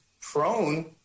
prone